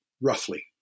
roughly